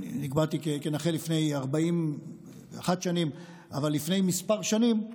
הוכרתי כנכה לפני 41 שנים, אבל לפני כמה שנים,